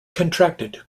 contracted